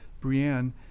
Brienne